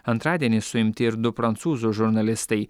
antradienį suimti ir du prancūzų žurnalistai